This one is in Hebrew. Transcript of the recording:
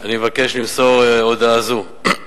אני מבקש למסור הודעה זו: